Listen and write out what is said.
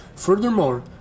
Furthermore